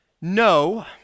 No